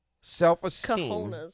self-esteem